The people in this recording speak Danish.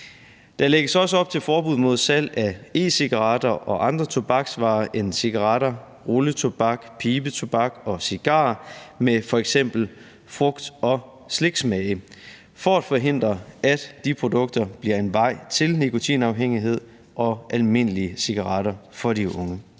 Der lægges også op til et forbud mod salg af e-cigaretter og andre tobaksvarer end cigaretter – rulletobak, pibetobak og cigarer – med f.eks. frugt- og sliksmage for at forhindre, at de produkter bliver en vej til nikotinafhængighed og almindelige cigaretter for de unge.